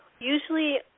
Usually